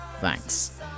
Thanks